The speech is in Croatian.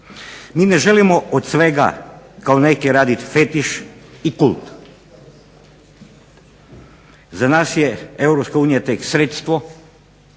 MI ne želimo od svega kao neki raditi fetiš i kult, za nas je Europska